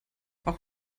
auch